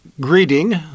Greeting